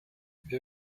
wir